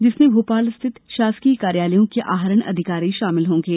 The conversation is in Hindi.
जिसमें भोपाल स्थित शासकीय कार्यलयों के आहरण अधिकारी शामिल होंगे